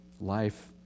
life